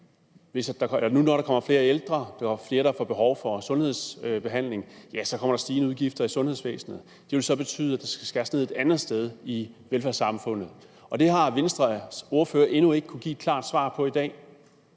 når der kommer flere ældre, er der flere, der får behov for sundhedsbehandling, og så kommer der stigende udgifter i sundhedsvæsenet. Det vil så betyde, at der skal skæres ned et andet sted i velfærdssamfundet, men Venstres ordfører har endnu ikke kunne give et klart svar på i dag,